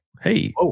Hey